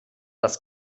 das